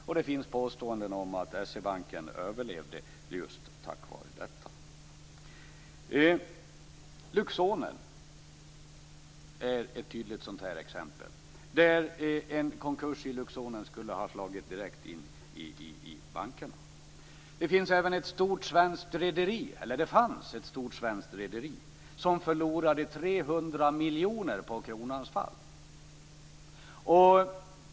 Det har gjorts påståenden om att S-E-Banken överlevde just tack vare detta. Luxonen är ett tydligt exempel. En konkurs i Luxonen skulle direkt ha slagit mot bankerna. Det fanns då ett stort svenskt rederi som förlorade 300 miljoner kronor på kronans fall.